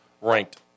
ranked